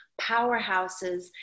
powerhouses